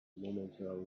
momentarily